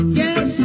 yes